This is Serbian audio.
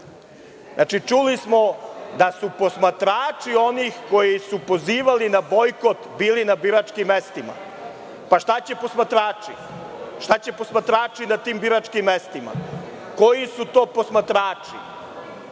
Znači, čuli smo da su posmatrači onih koji su pozivali na bojkot bili na biračkim mestima. Šta će posmatrači na tim biračkim mestima? Koji su to posmatrači?